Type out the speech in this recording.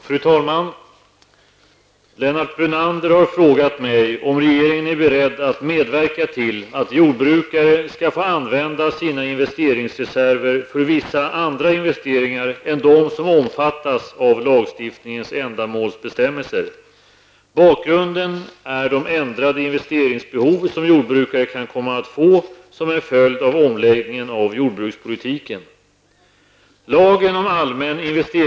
Fru talman! Lennart Brunander har frågat mig om regeringen är beredd att medverka till att jordbrukare skall få använda sina investeringsreserver för vissa andra investeringar än de som omfattas av lagstiftningens ändamålsbestämmelser. Bakgrunden är de ändrade investeringsbehov som jordbrukare kan komma att få som en följd av omläggningen av jordbrukspolitiken.